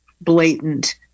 blatant